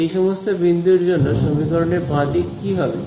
এই সমস্ত বিন্দুর জন্য সমীকরণের বাঁ দিক কি হবে